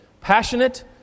passionate